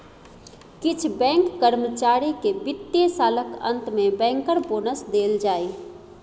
किछ बैंक कर्मचारी केँ बित्तीय सालक अंत मे बैंकर बोनस देल जाइ